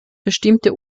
bestimmte